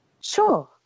sure